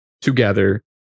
together